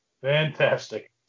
Fantastic